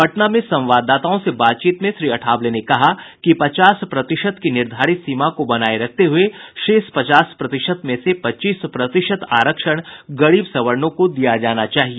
पटना में संवाददाताओं से बातचीत में श्री अठावले ने कहा कि पचास प्रतिशत की निर्धारित सीमा को बनाये रखते हुये शेष पचास प्रतिशत में से पच्चीस प्रतिशत आरक्षण गरीब सवर्णों को दिया जाना चाहिए